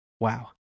Wow